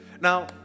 Now